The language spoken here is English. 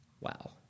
Wow